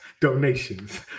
donations